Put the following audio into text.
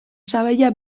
sabaia